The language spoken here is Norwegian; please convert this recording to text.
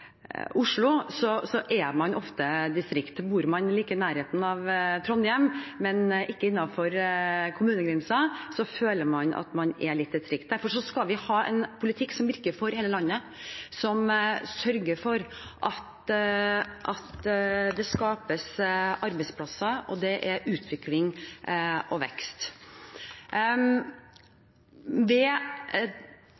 Oslo, er man ofte distrikt, og bor man like i nærheten av Trondheim, men ikke innenfor kommunegrensen, føler man at man er litt distrikt. Derfor skal vi ha en politikk som virker for hele landet, som sørger for at det skapes arbeidsplasser, og at det er utvikling og vekst.